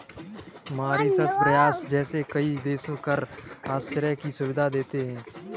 Mauritius, Cyprus जैसे कई देश कर आश्रय की सुविधा देते हैं